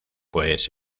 pues